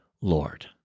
Lord